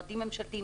משרדים ממשלתיים,